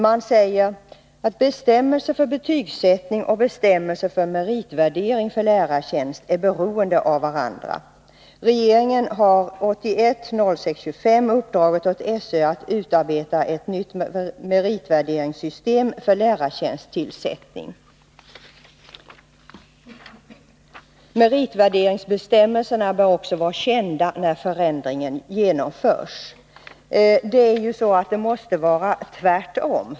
Man säger att bestämmelser för betygsättning och bestämmelser för meritvärdering för lärartjänst är beroende av varandra. Regeringen har den 25 juni 1981 uppdragit åt SÖ att utarbeta ett nytt meritvärderingssystem för lärartjänsttillsättning. Meritvärderingsbestämmelserna bör också vara kända när förändringen genomförs. Det måste ju vara tvärtom.